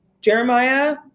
Jeremiah